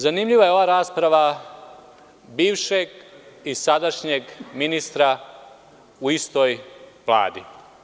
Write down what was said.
Zanimljiva je ova rasprava bivšeg i sadašnjeg ministra u istoj Vladi.